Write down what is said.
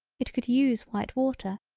it could use white water,